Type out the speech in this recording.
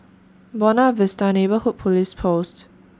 Buona Vista Neighbourhood Police Post